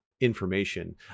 information